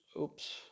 oops